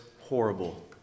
horrible